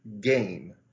game